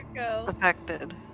affected